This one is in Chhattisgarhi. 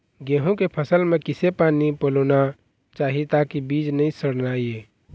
गेहूं के फसल म किसे पानी पलोना चाही ताकि बीज नई सड़ना ये?